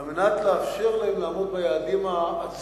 על מנת לאפשר להן לעמוד ביעדים העצומים